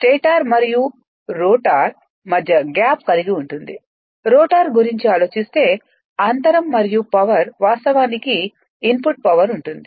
stator మరియు rotor మధ్య gap కలిగి ఉంటుంది రోటర్ గురించి ఆలోచిస్తే అంతరం మరియు పవర్ వాస్తవానికి ఇన్పుట్ పవర్ ఉంటుంది